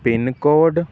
PIN code